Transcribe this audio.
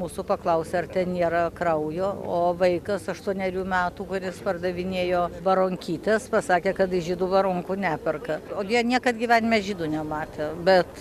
mūsų paklausė ar ten nėra kraujo o vaikas aštuonerių metų kuris pardavinėjo baronkytės pasakė kad iš žydų baronkų neperka o gi jie niekad gyvenime žydų nematė bet